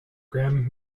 graeme